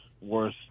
worth